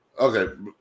Okay